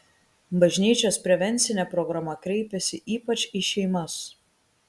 bažnyčios prevencinė programa kreipiasi ypač į šeimas